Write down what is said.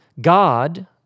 God